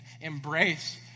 embrace